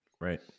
Right